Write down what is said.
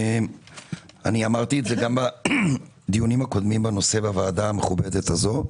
אמרתי גם בדיונים הקודמים בוועדה המכובדת הזאת,